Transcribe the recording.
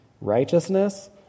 Righteousness